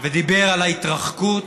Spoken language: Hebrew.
ודיבר על ההתרחקות